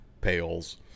pails